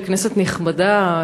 כנסת נכבדה,